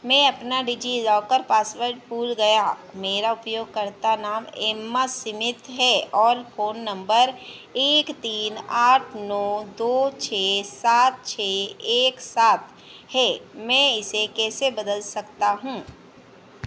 मैं अपना DigiLocker password भूल गया मेरा उपयोगकर्ता नाम एम्मा स्मिथ है और फ़ोन नम्बर एक तीन आठ नौ दो छह सात छह एक सात है मैं इसे कैसे बदल सकता हूँ